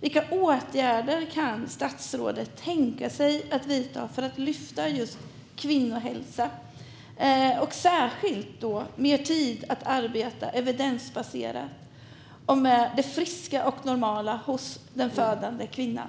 Vilka åtgärder kan statsrådet tänka sig att vidta för att lyfta upp kvinnohälsa och särskilt mer tid att arbeta evidensbaserat och utifrån det friska och normala hos den födande kvinnan?